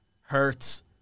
Hurts